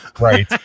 right